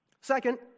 Second